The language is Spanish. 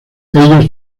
ellos